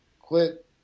quit